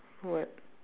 what